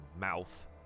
mouth